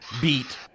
beat